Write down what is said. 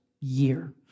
year